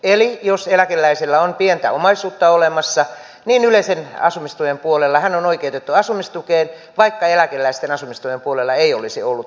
eli jos eläkeläisellä on pientä omaisuutta olemassa niin yleisen asumistuen puolella hän on oikeutettu asumistukeen vaikka eläkeläisten asumistuen puolella ei olisi ollut oikeutettu asumistukeen